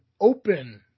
open